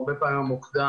הרבה פעמים המוקדן,